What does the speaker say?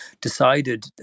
decided